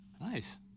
Nice